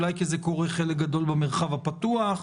אולי כי חלק גדול מזה קורה במרחב הפתוח,